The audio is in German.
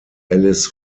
alice